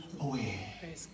away